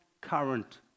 current